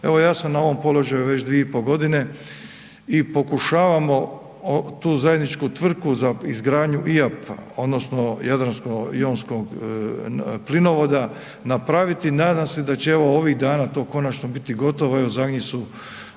Evo ja sam na ovom položaju već 2,5 g. i pokušavamo tu zajedničku tvrtku za izgradnju IAP odnosno Jadransko-jonskog plinovoda napraviti, nadam se da će evo ovih dana to konačno biti gotovo, zadnji su